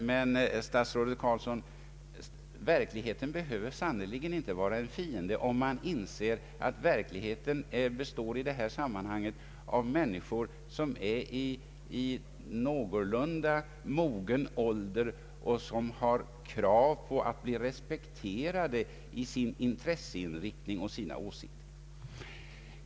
Men, statsrådet Carlsson, verkligheten behöver sannerligen inte vara en fiende om man inser det faktum att verkligheten i detta sammanhang består av människor i någorlunda mogen ålder som har krav på att bli respekterade i sin intresseinriktning och sina åsikter.